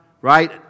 right